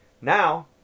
Now